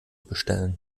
bestellen